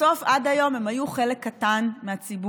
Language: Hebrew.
בסוף עד היום הם היו חלק קטן מהציבור,